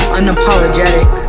unapologetic